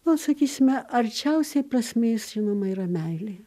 na sakysime arčiausiai prasmės žinoma yra meilė